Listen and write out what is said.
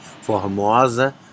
Formosa